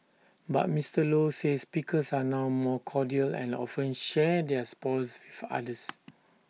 but Mister low says pickers are now more cordial and often share their spoils with others